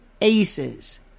aces